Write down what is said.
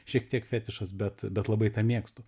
šiek tiek fetišas bet bet labai mėgstu